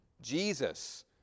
Jesus